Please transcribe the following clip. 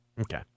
Okay